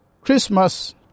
Christmas